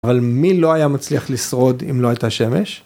אבל מי לא היה מצליח לשרוד אם לא הייתה שמש?